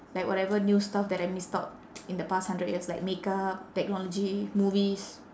like whatever new stuff that I missed out in the past hundred years like makeup technology movies